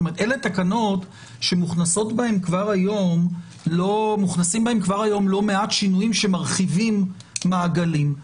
אלה תקנות שמוכנסים בהן כבר היום לא מעט שינויים שמרחיבים מעגלים.